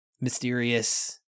mysterious